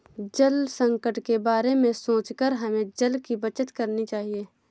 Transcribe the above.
जल संकट के बारे में सोचकर हमें जल की बचत करनी चाहिए